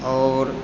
आओर